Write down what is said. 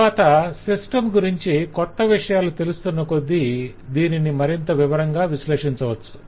తరవాత సిస్టమ్ గురించి కొత్త విషయాలు తెలుస్తున్నకొద్దీ దీనిని మరింత వివరంగా విశ్లేషించవచ్చు